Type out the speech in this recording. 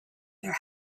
their